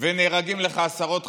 ונהרגים לך עשרות חברים,